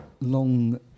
long